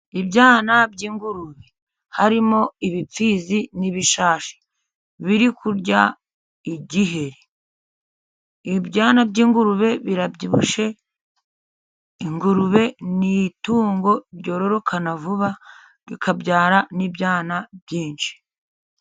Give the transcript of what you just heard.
Ibyana by'ingurube, harimo ibipfizi n'ibishashi biri kurya igiheri ibyana by'ingurube birabyibushye. Ingurube ni itungo ryororoka vuba rikabyara n'ibyana byinshi.